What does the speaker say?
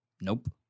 Nope